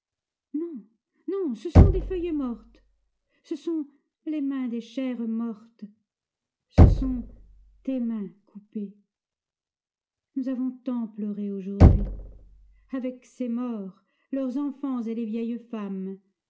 non ce sont des feuilles mortes ce sont les mains des chères mortes ce sont tes mains coupées nous avons tant pleuré aujourd'hui avec ces morts leurs enfants et les vieilles femmes